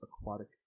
aquatic